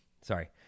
sorry